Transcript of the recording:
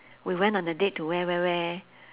we went on a date to where where where